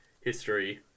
history